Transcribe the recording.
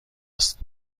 است